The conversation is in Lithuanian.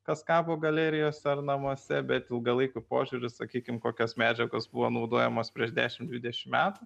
kas kabo galerijose ar namuose bet ilgalaikiu požiūriu sakykim kokios medžiagos buvo naudojamos prieš dešim dvidešim metų